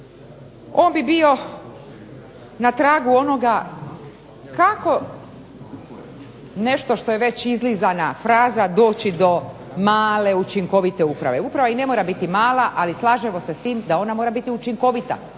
On bi bio na tragu onoga kako nešto što je već izlizana fraza doći do male učinkovite uprave. Uprava i ne mora biti mala, ali slažemo se s tim da ona mora biti učinkovita